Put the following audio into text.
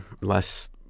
less